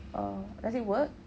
oh does it work